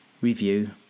review